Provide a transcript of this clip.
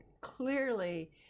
clearly